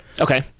Okay